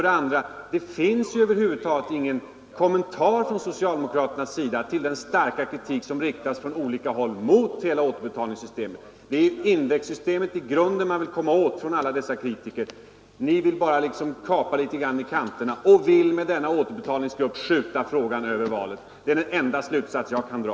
Det kommer över huvud taget inte någon som helst kommentar från socialdemokraterna till den starka kritik som riktats från olika håll mot hela återbetalningssystemet. Det är indexsystemets grund som alla kritiker vill komma åt. Ni vill bara kapa litet i kanterna och med denna återbetalningsgrupp skjuta frågan över valet. Det är den enda slutsats jag kan dra!